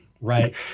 right